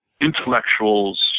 intellectuals